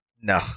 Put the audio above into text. No